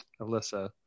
Alyssa